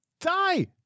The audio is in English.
die